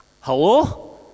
Hello